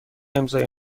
امضای